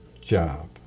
job